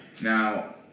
Now